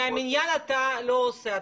בגלל מניין אתה לא עושה.